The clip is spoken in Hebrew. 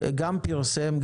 גם פרסם,